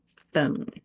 phone